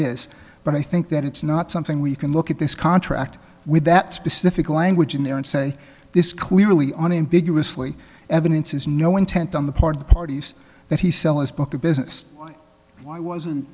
is but i think that it's not something we can look at this contract with that specific language in there and say this clearly on ambiguously evidence is no intent on the part of the parties that he sell his book a business why wasn't